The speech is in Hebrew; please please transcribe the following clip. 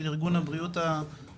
של ארגון הבריאות העולמי,